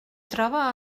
troba